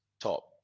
top